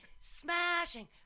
smashing